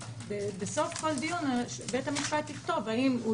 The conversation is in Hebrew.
בסוף כל דיון בית המשפט יכתוב האם הוא